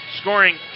Scoring